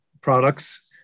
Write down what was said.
products